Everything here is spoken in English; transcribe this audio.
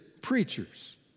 preachers